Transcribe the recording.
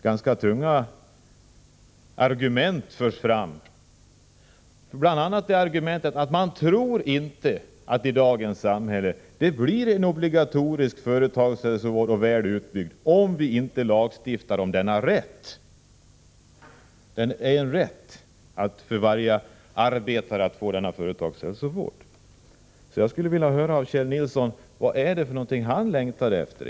Ganska tunga argument har förts fram, bl.a. att man inte tror att det i dagens samhälle blir en obligatorisk, väl utbyggd företagshälsovård, om vi inte lagstiftar om rätten för varje arbetare att få denna företagshälsovård. Jag skulle vilja höra av Kjell Nilsson vad det är som han egentligen längtar efter.